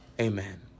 Amen